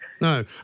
No